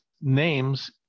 names